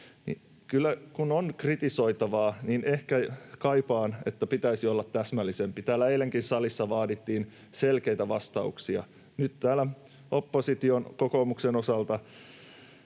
Kun on kritisoitavaa, niin ehkä kaipaan, että pitäisi olla täsmällisempi. Täällä eilenkin salissa vaadittiin selkeitä vastauksia. Nyt täällä opposition, kokoomuksen osalta